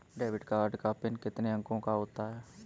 Debit card का pin कितने अंकों का होता है?